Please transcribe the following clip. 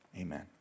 Amen